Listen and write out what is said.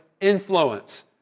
influence